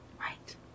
right